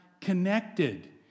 connected